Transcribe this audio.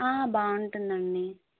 బాగుంటుంది అండి